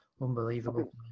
Unbelievable